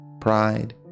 pride